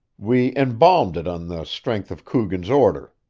we embalmed it on the strength of coogan's order.